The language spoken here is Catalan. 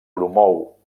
promou